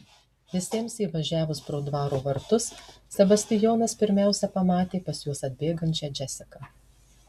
visiems įvažiavus pro dvaro vartus sebastijonas pirmiausia pamatė pas juos atbėgančią džesiką